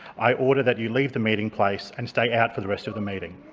i order that you leave the meeting place and stay out for the rest of the meeting.